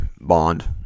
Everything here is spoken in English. Bond